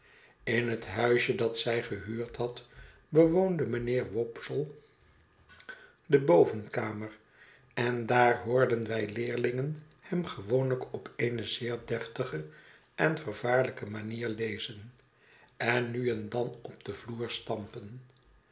in het huisje dat zij gehuurd had bewoonde mijnheer wopsle de bovenkamer en daar hoorden wij leerlingen hem gewoonlijk op eene zeer deftige en vervaarlijke manier lezen en nu en dan op den vloer stampen